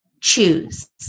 choose